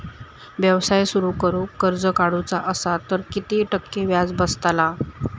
व्यवसाय सुरु करूक कर्ज काढूचा असा तर किती टक्के व्याज बसतला?